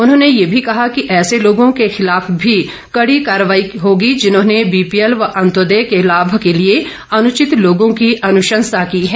उन्होंने ये भी कहा कि ऐसे लोगों के खिलाफ भी कड़ी कार्रवाई होगी जिन्होंने बीपीएल व अंत्योदय के लाभ के लिए अनुचित लोगों की अनुशंसा की है